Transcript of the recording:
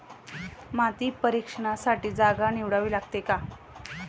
माती परीक्षणासाठी जागा निवडावी लागते का?